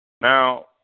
Now